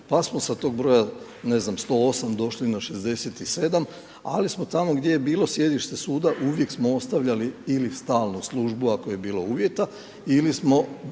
Pa smo sa tog broja 108 došli na 67, ali smo tamo gdje je bilo sjedište suda uvijek smo ostavljali ili stalnu službu ako je bilo uvjeta ili smo